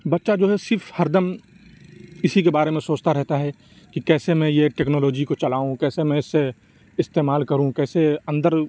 بچہ جو ہے صرف ہر دم اِسی كے بارے میں سوچتا رہتا ہے کہ كیسے میں یہ ٹیكنالوجی كو چلاؤں كیسے میں اِسے استعمال كروں كیسے اندر